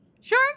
Sure